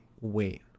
wait